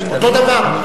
אותו דבר.